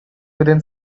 within